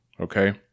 okay